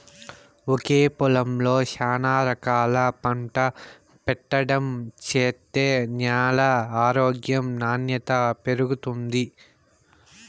ఒకే పొలంలో శానా రకాలు పంట పెట్టడం చేత్తే న్యాల ఆరోగ్యం నాణ్యత పెరుగుతుంది